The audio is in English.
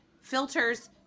filters